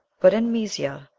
but in mysia,